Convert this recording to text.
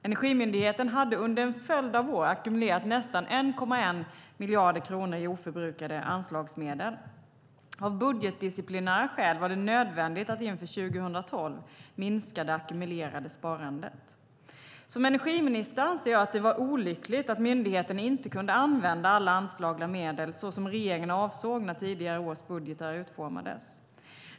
Energimyndigheten hade under en följd av år ackumulerat nästan 1,1 miljarder kronor i oförbrukade anslagsmedel. Av budgetdisciplinära skäl var det nödvändigt att inför 2012 minska det ackumulerade sparandet. Som energiminister anser jag att det var olyckligt att myndigheten inte kunde använda alla anslagna medel så som regeringen avsåg när tidigare års budgetar utformades.